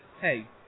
Hey